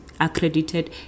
accredited